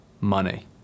money